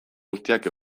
guztiak